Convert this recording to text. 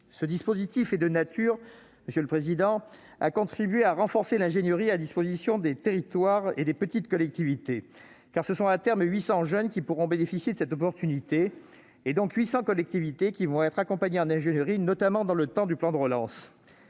Ce dispositif est de nature à renforcer l'ingénierie à disposition des territoires et des petites collectivités. En effet, ce sont, à terme, 800 jeunes qui pourront bénéficier de cette possibilité, donc 800 collectivités qui seront accompagnées en ingénierie, notamment dans le temps du plan de relance.